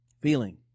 feeling